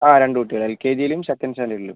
ആ രണ്ട് കുട്ടികൾ എൽ കെ ജിയിലും സെക്കൻ്റ് സ്റ്റാൻ്റേർഡിലും